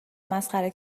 مسخره